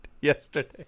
yesterday